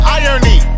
irony